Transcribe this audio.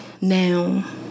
now